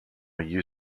you